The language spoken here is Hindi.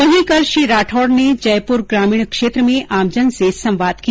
वहीं कल श्री राठौड ने जयपुर ग्रामीण क्षेत्र में आमजन से संवाद किया